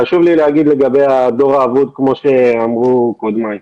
חשוב לי להגיד לגבי הדור האבוד כמו שאמרו קודמיי.